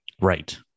Right